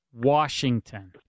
Washington